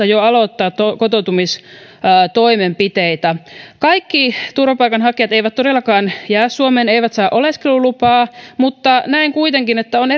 jo vastaanottovaiheessa aloittaa kotouttamistoimenpiteitä kaikki turvapaikanhakijat eivät todellakaan jää suomeen eivät saa oleskelulupaa mutta näen kuitenkin että on